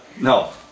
No